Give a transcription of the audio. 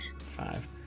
Five